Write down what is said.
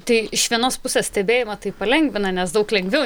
tai iš vienos pusės stebėjimą tai palengvina nes daug lengviau